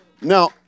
Now